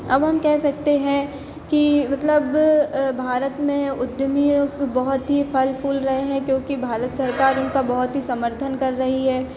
अब हम कह सकते हैं कि मतलब भारत में उद्यमियों को बहुत ही फल फूल रहे हैं क्योंकि भारत सरकार उनका बहुत ही समर्थन कर रही है